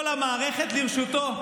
כל המערכת לרשותו.